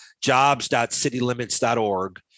jobs.citylimits.org